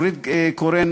נורית קורן,